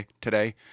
today